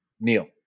Neil